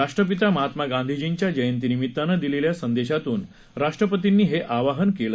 राष्ट्रपिता महात्मा गांधीजींच्या जयंतीनिमित्तानं दिलेल्या संदेशातून राष्ट्रपतींनी हे आवाहन केलं